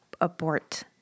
abort